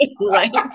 Right